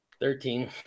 Thirteen